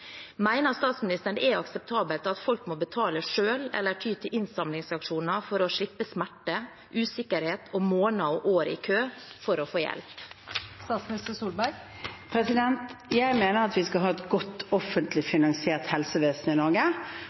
statsministeren det er akseptabelt at folk må betale selv eller ty til innsamlingsaksjoner for å slippe smerte, usikkerhet og måneder og år i kø for å få hjelp? Jeg mener at vi skal ha et godt, offentlig finansiert helsevesen i Norge,